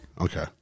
Okay